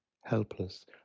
helpless